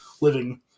living